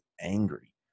angry